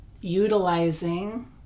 utilizing